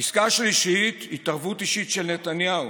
עסקה שלישית, התערבות אישית של נתניהו